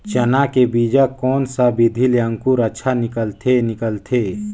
चाना के बीजा कोन सा विधि ले अंकुर अच्छा निकलथे निकलथे